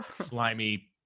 slimy